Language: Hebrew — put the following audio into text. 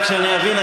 רק שאני אבין,